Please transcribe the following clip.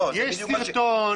יש סרטון.